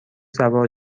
سوار